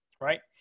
Right